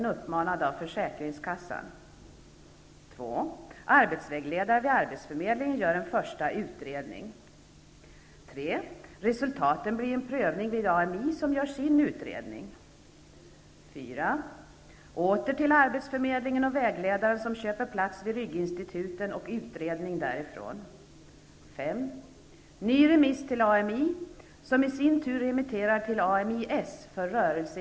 Arbetsvägledare vid arbetsförmedlingen gör en första utredning. 3. Resultatet blir en prövning vid AMI, som gör sin utredning. 4. Åter till arbetsförmedlingen och vägledaren, som köper plats vid rygginstituten och utredning därifrån. 6.